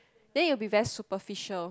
then you will be very superficial